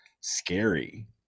scary